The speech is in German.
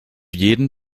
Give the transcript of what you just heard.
jeden